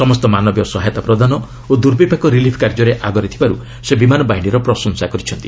ସମସ୍ତ ମାନବୀୟ ସହାୟତା ପ୍ରଦାନ ଓ ଦୁର୍ବିପାକ ରିଲିଫ୍ କାର୍ଯ୍ୟରେ ଆଗରେ ଥିବାରୁ ସେ ବିମାନ ବାହିନୀର ପ୍ରଶଂସା କରିଛନ୍ତି